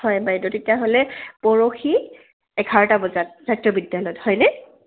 হয় বাইদেউ তেতিয়াহ'লে পৰহি এঘাৰটা বজাত জাতীয় বিদ্যালয়ত হয়নে